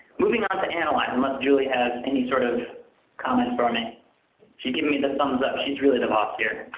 moving onto analyze, unless julie has any sort of comments for me. she's giving me the thumbs up. she's really the boss here.